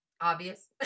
obvious